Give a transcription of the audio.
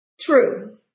true